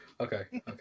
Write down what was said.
Okay